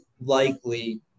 likely